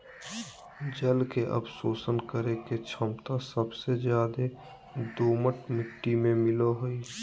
जल के अवशोषण करे के छमता सबसे ज्यादे दोमट मिट्टी में मिलय हई